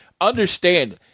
Understand